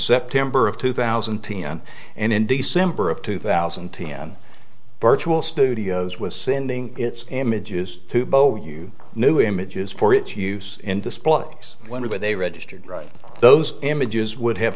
september of two thousand and ten and in december of two thousand and ten virtual studios was sending its images to both of you new images for its use in displays when are they registered those images would have